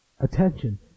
attention